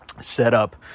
setup